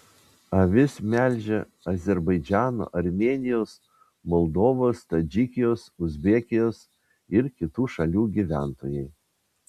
avis melžia azerbaidžano armėnijos moldovos tadžikijos uzbekijos ir kitų šalių gyventojai